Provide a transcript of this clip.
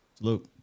Luke